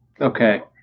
okay